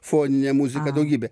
foninė muzika daugybė